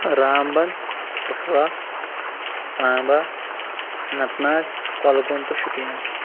Ramban Kathua Samba Anantnag Kulgam تہٕ شُپیَن